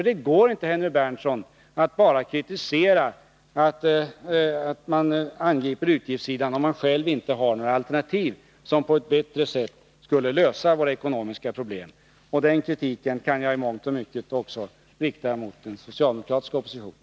Det går inte, Nils Berndtson, att bara kritisera att regeringen angriper utgiftssidan, när man själv inte har några förslag som på ett bättre sätt skulle lösa våra ekonomiska problem. Den kritiken kan jag i mångt och mycket rikta också mot den socialdemokratiska oppositionen.